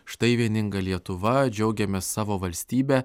štai vieninga lietuva džiaugiamės savo valstybe